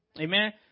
Amen